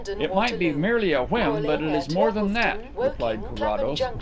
it might be merely a whim, but it is more than that, replied carrados.